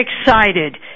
excited